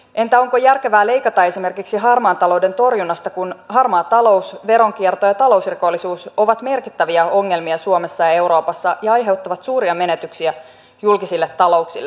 entä onko järkevää leikata esimerkiksi harmaan talouden torjunnasta kun harmaa talous veronkierto ja talousrikollisuus ovat merkittäviä ongelmia suomessa ja euroopassa ja aiheuttavat suuria menetyksiä julkisille talouksille